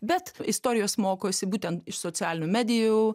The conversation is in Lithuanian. bet istorijos mokosi būtent iš socialinių medijų